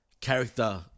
character